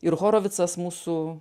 ir horovicas mūsų